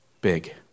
big